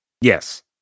Yes